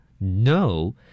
No